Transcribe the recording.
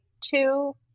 Two